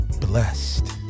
blessed